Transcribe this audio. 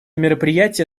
мероприятие